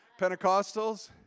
Pentecostals